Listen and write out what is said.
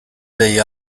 degli